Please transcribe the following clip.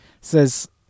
says